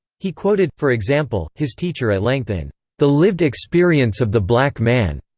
he quoted, for example, his teacher at length in the lived experience of the black man,